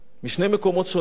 משני מקומות שונים,